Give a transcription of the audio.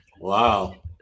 Wow